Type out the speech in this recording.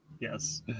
Yes